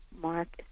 Mark